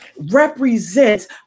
represents